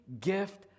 gift